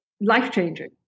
life-changing